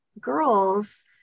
girls